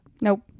nope